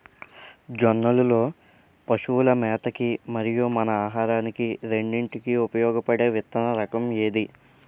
జొన్నలు లో పశువుల మేత కి మరియు మన ఆహారానికి రెండింటికి ఉపయోగపడే విత్తన రకం ఏది?